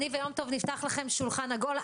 אני ויום טוב נפתח לכם שולחן עגול.